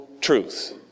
truth